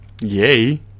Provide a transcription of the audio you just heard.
Yay